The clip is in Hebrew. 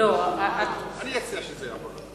אני אציע להעביר את זה לוועדה.